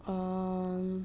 um